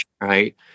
Right